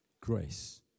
Grace